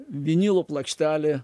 vinilo plokštelė